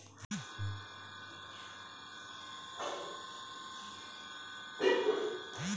जइसन समान क बीमा होला वही तरह फसल के होला